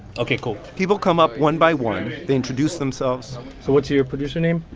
ok, cool people come up one by one. they introduce themselves so what's your producer name?